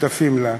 שותפים לה,